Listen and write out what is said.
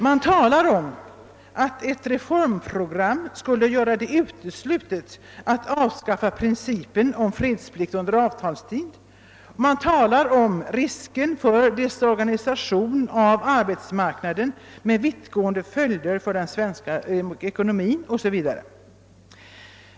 Det talar om att ett reformprogram skulle göra det uteslutet att avskaffa principen om fredsplikt under avtalstid, det talar om risk för desorganisation av arbetsmarknaden med vittgående följder för den svenska ekonomin osv.